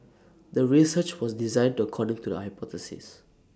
the research was designed to according to the hypothesis